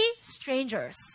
strangers